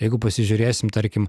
jeigu pasižiūrėsim tarkim